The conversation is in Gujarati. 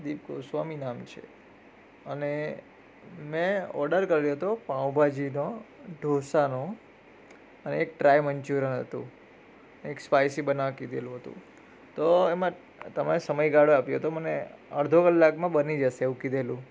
દીપ ગોસ્વામી નામ છે અને મેં ઓર્ડર કર્યો તો પાઉંભાજીનો ઢોસાનો અને એક ડ્રાય મંચુરિયન હતું એક સ્પાઇસી બનાવવા કીધેલું તો એમાં તમે સમયગાળો આપ્યો તો મને અડધો કલાકમા બની જશે એવું કીધેલું